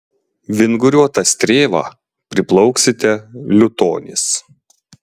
vinguriuota strėva priplauksite liutonis